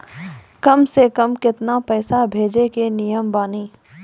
कम से कम केतना पैसा भेजै के नियम बानी?